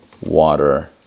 water